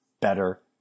better